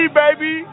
baby